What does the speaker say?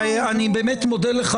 אם זו הצעת חוק פרטית אני מודה לך